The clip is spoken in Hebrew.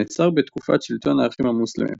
נעצר בתקופת שלטון האחים המוסלמים,